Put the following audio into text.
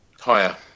higher